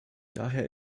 daher